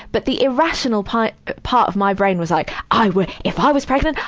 but the irrational part but part of my brain was like, i would if i was pregnant,